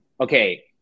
okay